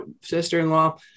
sister-in-law